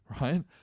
right